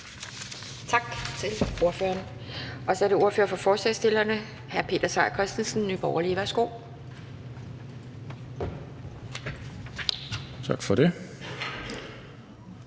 Tak til ordføreren. Så er det ordføreren for forslagsstillerne, hr. Peter Seier Christensen, Nye Borgerlige. Værsgo. Kl.